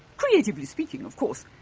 creatively speaking, of course.